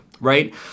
right